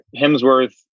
Hemsworth